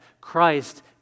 Christ